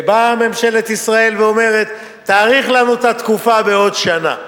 ובאה ממשלת ישראל ואומרת: תאריך לנו את התקופה בעוד שנה.